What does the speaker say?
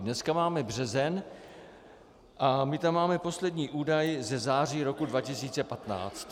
Dneska máme březen a my tam máme poslední údaj ze září roku 2015.